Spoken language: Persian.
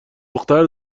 دختر